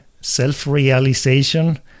self-realization